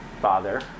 father